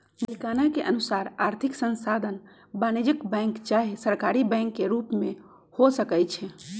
मलिकाना के अनुसार आर्थिक संस्थान वाणिज्यिक बैंक चाहे सहकारी बैंक के रूप में हो सकइ छै